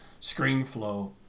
ScreenFlow